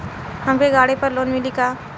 हमके गाड़ी पर लोन मिली का?